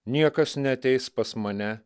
niekas neateis pas mane